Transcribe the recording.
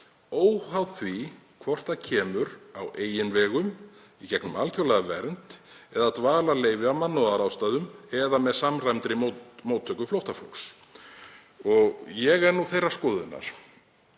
óháð því hvort það kemur á eigin vegum, í gegnum alþjóðlega vernd eða dvalarleyfi af mannúðarástæðum eða með samræmdri móttöku flóttafólks.“ Ég er þeirrar skoðunar